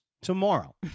tomorrow